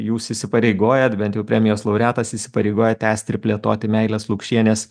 jūs įsipareigojat bent jau premijos laureatas įsipareigoja tęsti ir plėtoti meilės lukšienės